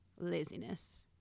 laziness